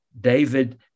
David